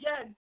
again